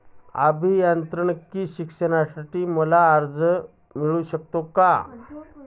अभियांत्रिकी शिक्षणासाठी मला कर्ज मिळू शकते का?